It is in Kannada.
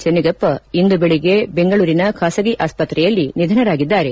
ಚೆನ್ನಿಗಪ್ಪ ಇಂದು ಬೆಳಿಗ್ಗೆ ಬೆಂಗಳೂರಿನ ಖಾಸಗಿ ಆಸ್ಪತ್ರೆಯಲ್ಲಿ ನಿಧನರಾಗಿದ್ದಾರೆ